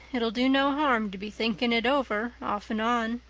it'll do no harm to be thinking it over off and on,